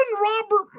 Robert